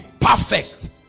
perfect